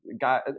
guy